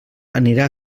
anirà